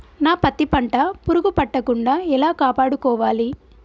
నా పత్తి పంట పురుగు పట్టకుండా ఎలా కాపాడుకోవాలి?